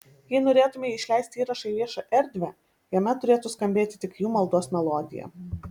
jei norėtumei išleisti įrašą į viešą erdvę jame turėtų skambėti tik jų maldos melodija